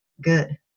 Good